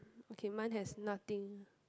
okay mine has nothing